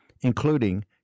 including